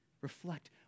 Reflect